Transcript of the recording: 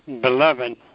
beloved